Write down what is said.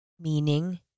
meaning